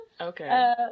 Okay